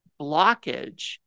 blockage